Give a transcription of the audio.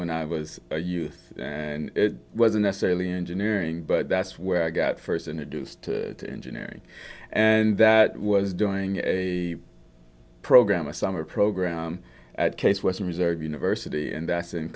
when i was a youth wasn't necessarily engineering but that's where i got first introduced to engineering and that was doing a program a summer program at case western reserve university and that's in